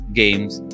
games